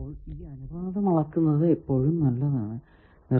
അപ്പോൾ ഈ അനുപാതം അളക്കുന്നത് എപ്പോഴും നല്ലതാണു